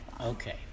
okay